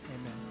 Amen